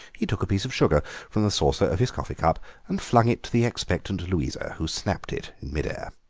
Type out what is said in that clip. he took a piece of sugar from the saucer of his coffee cup and flung it to the expectant louisa, who snapped it in mid-air.